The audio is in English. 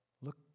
Look